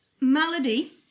Melody